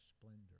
splendor